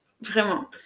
vraiment